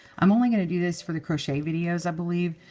i'm only going to do this for the crochet videos, i believe.